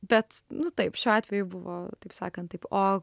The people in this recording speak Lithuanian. bet nu taip šiuo atveju buvo taip sakant taip o